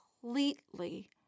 completely